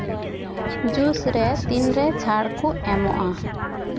juice ᱨᱮ ᱛᱤᱱᱨᱮ ᱪᱷᱟᱲ ᱠᱚ ᱮᱢᱚᱜᱼᱟ